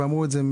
ואמרו את זה,